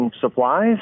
supplies